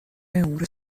امور